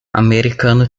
americano